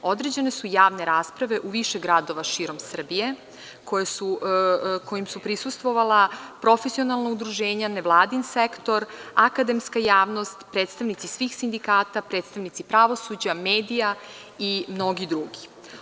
Odrađene su javne rasprave u više gradova širom Srbije, kojim su prisustvovala profesionalna udruženja, nevladin sektor, akademska javnost, predstavnici svih sindikata, predstavnici pravosuđa, medija, i mnogi drugi.